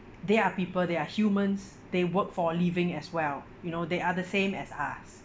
they are people they are humans they work for living as well you know they are the same as us